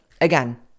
again